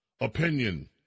Opinion